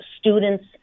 students